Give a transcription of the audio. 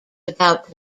about